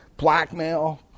blackmail